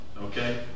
okay